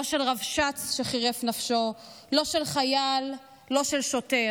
לא של רבש"ץ שחירף נפשו, לא של חייל, לא של שוטר.